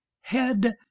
head